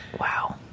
Wow